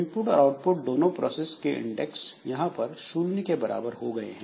input और output दोनों process के इंडेक्स यहाँ पर शून्य के बराबर हो गए हैं